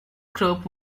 group